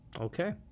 Okay